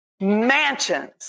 mansions